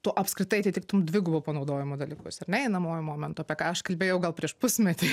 tu apskritai atitiktum dvigubo panaudojimo dalykus ar ne einamuoju momentu apie ką aš kalbėjau gal prieš pusmetį